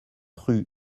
rue